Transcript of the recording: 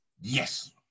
Yes